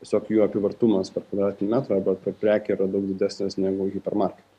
tiesiog jų apyvartumas per kvadratinį metrą arba per prekę yra daug didesnės negu hipermarkete